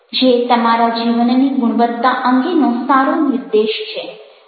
જે તમારા જીવનની ગુણવત્તા અંગેનો સારો નિર્દેશ છે